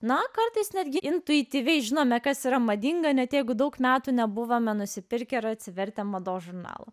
na kartais netgi intuityviai žinome kas yra madinga ne tiek daug metų nebuvome nusipirkę ar atsivertę mados žurnalų